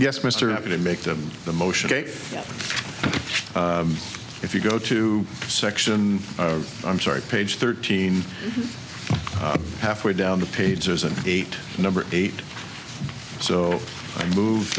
yes mr happy to make them the motion if you go to section i'm sorry page thirteen halfway down the page is an eight number eight so i move